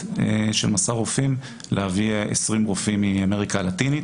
של 'מסע רופאים' להביא 20 רופאים מאמריקה הלטינית.